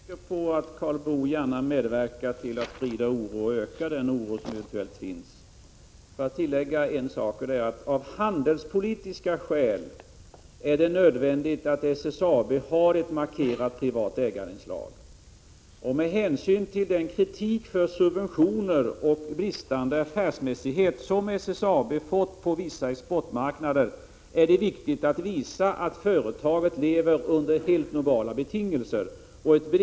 Fru talman! Jag är helt säker på att Karl Boo gärna medverkar till att sprida oro och öka den oro som eventuellt finns. Låt mig tillägga följande. Av handelspolitiska skäl är det nödvändigt att SSAB har ett markerat inslag av privat ägande. Med hänsyn till att man på vissa exportmarknader kritiskt talat om subventioner och bristande affärs Prot. 1986/87:31 mässighet när det gäller SSAB är det viktigt att visa att företaget lever under 20 november 1986 helt normala betingelser.